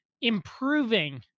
improving